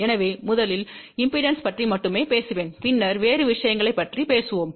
எனவே முதலில் இம்பெடன்ஸ் பற்றி மட்டுமே பேசுவேன் பின்னர் வேறு விஷயங்களைப் பற்றி பேசுவோம்